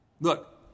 Look